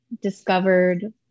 discovered